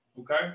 okay